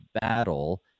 battle